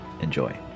Enjoy